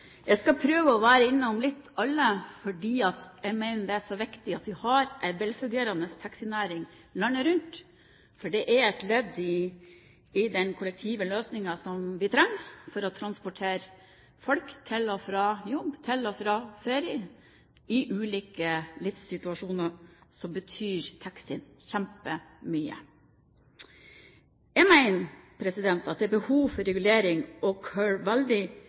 Jeg skal prøve å være litt innom alle, for jeg mener det er viktig at vi har en velfungerende taxinæring landet rundt. Det er et ledd i den kollektive løsningen som vi trenger for å transportere folk til og fra jobb og til og fra ferie. I ulike livssituasjoner betyr taxien kjempemye. Jeg mener at det er behov for regulering og